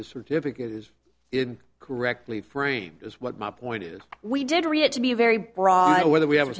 the certificate is in correctly framed as what my point is we did read it to be very broad but whether we have a